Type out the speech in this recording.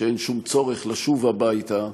שאין שום צורך לשוב הביתה.